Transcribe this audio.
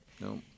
No